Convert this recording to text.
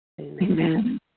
Amen